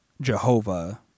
Jehovah